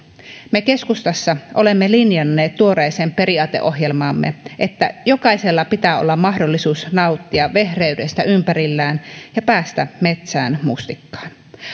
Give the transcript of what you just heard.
me keskustassa olemme linjanneet tuoreeseen periaateohjelmaamme että jokaisella pitää olla mahdollisuus nauttia vehreydestä ympärillään ja päästä metsään mustikkaan